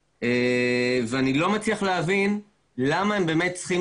אני לא מצליח להבין למה הם צריכים